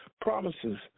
promises